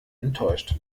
enttäuscht